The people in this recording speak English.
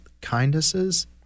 kindnesses